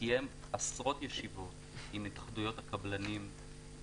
וקיים עשרות ישיבות עם התאחדויות הקבלנים.